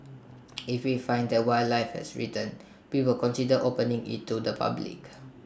if we find that wildlife has returned we will consider opening IT to the public